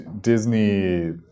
Disney